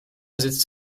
sitzt